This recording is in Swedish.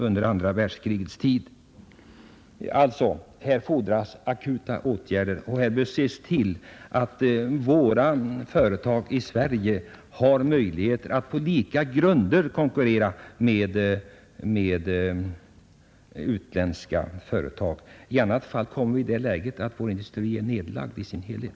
Och då menar jag att det är nödvändigt att vidta omedelbara åtgärder och se till att våra svenska företag får möjligheter att konkurrera på lika villkor med utländska företag. I annat fall kommer vår TEKO-industri att läggas ned i sin helhet.